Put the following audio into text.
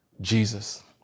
Jesus